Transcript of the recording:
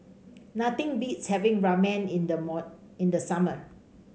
nothing beats having Ramen in the in the summer